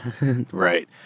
Right